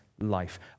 life